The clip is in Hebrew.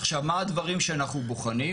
עכשיו, מה הדברים שאנחנו בוחנים?